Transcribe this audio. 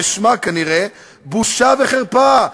זה שמה כנראה: בושה וחרפה,